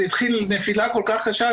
נפילה כל כך קשה,